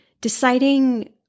Deciding